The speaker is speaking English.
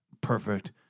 perfect